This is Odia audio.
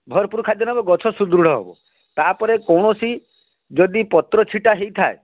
ଭରପୁର ଖାଦ୍ୟ ନବ ଗଛ ସୁଦୃଢ଼ ହବ ତାପରେ କୌଣସି ଯଦି ପତ୍ର ଛିଟା ହେଇଥାଏ